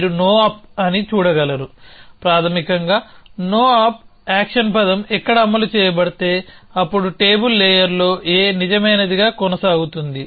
మీరు no op అని చూడగలరు ప్రాథమికంగా no op యాక్షన్ పదం ఎక్కడ అమలు చేయబడితే అప్పుడు టేబుల్ లేయర్లో A నిజమైనదిగా కొనసాగుతుంది